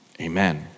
Amen